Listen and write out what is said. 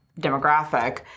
demographic